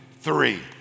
three